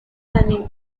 venue